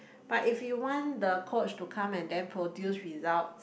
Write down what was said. but if you want the coach to come and then produce results